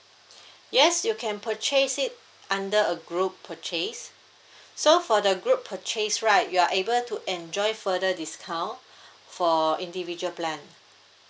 yes you can purchase it under a group purchase so for the group purchase right you are able to enjoy further discount for individual plan